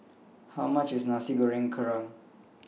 How much IS Nasi Goreng Kerang